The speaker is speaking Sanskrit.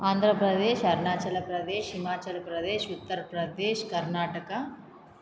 आन्ध्रप्रदेश् अरुणाचलप्रदेश् हिमाचल्प्रदेश् उत्तर्प्रदेश् कर्णाटका